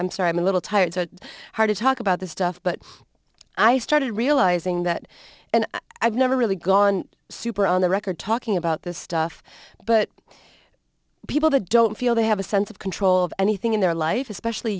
i'm sorry i'm a little tired so hard to talk about this stuff but i started realizing that and i've never really gone super on the record talking about this stuff but people that don't feel they have a sense of control of anything in their life especially